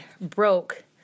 broke